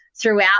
throughout